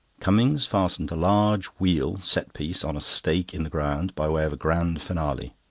cummings fastened a large wheel set-piece on a stake in the ground by way of a grand finale.